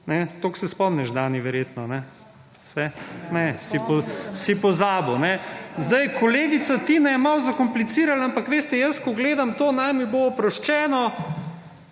Toliko se spomniš Dani, verjetno? Se? Ne, si pozabil. Sedaj kolegica Tina je malo zakomplicirala, ampak veste jaz ko gledam to, naj bi oproščeno,